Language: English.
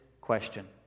question